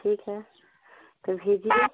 ठीक है तो भेजिए